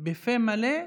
בפה מלא,